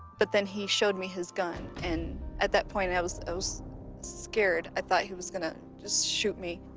but then he showed me his gun. and at that point, i was scared. i thought he was gonna just shoot me.